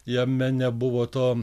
jame nebuvo to